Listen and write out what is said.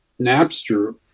Napster